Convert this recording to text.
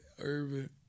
Urban